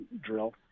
drill